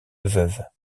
veuve